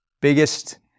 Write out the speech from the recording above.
biggest